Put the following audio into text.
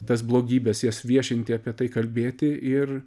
tas blogybes jas viešinti apie tai kalbėti ir